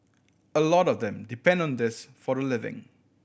a lot of them depend on this for a living